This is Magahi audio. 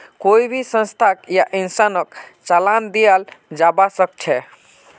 कोई भी संस्थाक या इंसानक चालान दियाल जबा सख छ